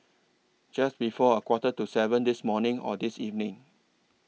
Just before A Quarter to seven This morning Or This evening